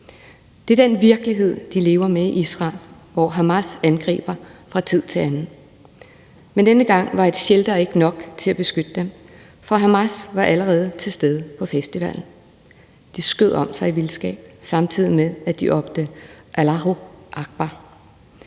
Det er den virkelighed, de lever med i Israel, hvor Hamas angriber fra tid til anden. Men denne gang var et shelter ikke nok til at beskytte dem, for Hamas var allerede til stede på festivalen. De skød om sig i vildskab, samtidig med at de råbte Allahu Akbar.